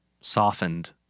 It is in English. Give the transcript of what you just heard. softened